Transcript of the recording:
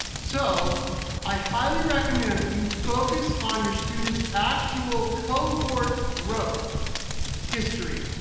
so i highly recommend that you focus on your students' actual cohort growth history.